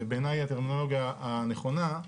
שבעיניי היא הטרמינולוגיה הנכונה,